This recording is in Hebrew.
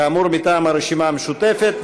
כאמור, מטעם הרשימה המשותפת.